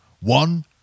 One